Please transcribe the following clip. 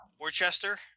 Worcester